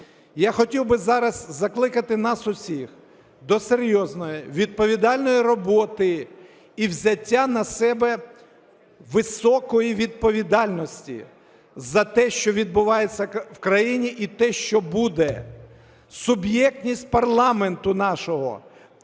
Я хотів би зараз закликати нас усіх до серйозної відповідальної роботи і взяття на себе високої відповідальності за те, що відбувається в країні, і те, що буде. Суб'єктність парламенту нашого,